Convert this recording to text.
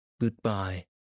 Goodbye